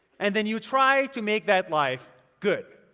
and then you try to make that life good.